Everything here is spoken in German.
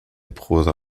prosa